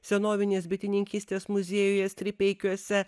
senovinės bitininkystės muziejuje stripeikiuose